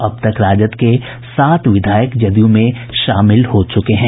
अब तक राजद के सात विधायक जदयू में शामिल हो चुके हैं